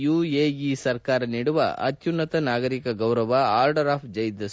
UAE ಸರ್ಕಾರ ನೀಡುವ ಅತ್ಯುನ್ನತ ನಾಗರಿಕ ಗೌರವ ಆರ್ಡರ್ ಆಫ್ ಜೈದ್ ಸ್ವೀಕಾರ